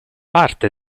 parte